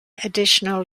additional